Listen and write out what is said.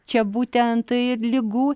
čia būtent tai ir ligų